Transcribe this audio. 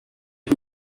who